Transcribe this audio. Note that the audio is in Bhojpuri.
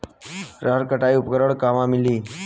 रहर कटाई उपकरण कहवा मिली?